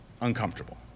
uncomfortable